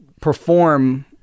perform